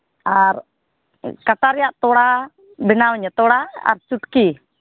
ᱟᱨ ᱠᱟᱴᱟ ᱨᱮᱭᱟᱜ ᱛᱚᱲᱟ ᱵᱮᱱᱟᱣᱤᱧᱟᱹ ᱛᱚᱲᱟ ᱟᱨ ᱯᱩᱴᱠᱤ